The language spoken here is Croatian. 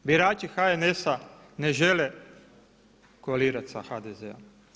Birači HNS-a ne žele koalirati sa HDZ-om.